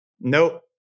Nope